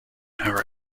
her